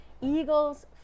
eagles